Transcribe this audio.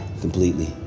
completely